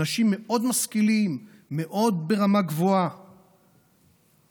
אלה אנשים מאוד משכילים וברמה גבוהה מאוד,